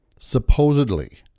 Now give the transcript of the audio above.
Supposedly